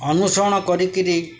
ଅନୁସରଣ କରିକିରି